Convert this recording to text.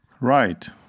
Right